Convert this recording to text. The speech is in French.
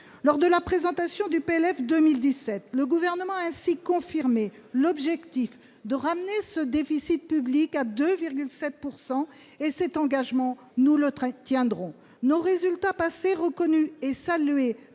loi de finances pour 2017, le Gouvernement a ainsi confirmé l'objectif de ramener le déficit public à 2,7 % du PIB. Cet engagement, nous le tiendrons ! Nos résultats passés, reconnus et salués